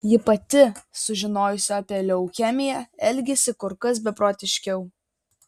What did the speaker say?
ji pati sužinojusi apie leukemiją elgėsi kur kas beprotiškiau